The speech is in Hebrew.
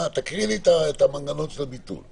תקרא לי את המנגנון של הביטול.